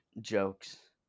jokes